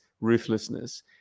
ruthlessness